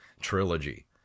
trilogy